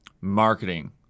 marketing